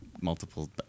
multiple